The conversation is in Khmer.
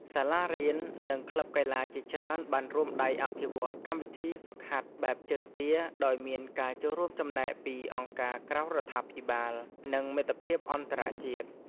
សាលារៀននិងក្លឹបកីឡាជាច្រើនបានរួមដៃអភិវឌ្ឍកម្មវិធីហ្វឹកហាត់បែបជើងទា ដោយមានការរួមចំណែកពីអង្គការក្រៅរដ្ឋាភិបាល និងមិត្តភាពអន្តរជាតិ។